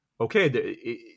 okay